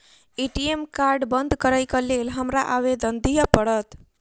ATM card बंद करैक लेल हमरा आवेदन दिय पड़त?